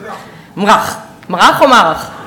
מְראח או מָרח?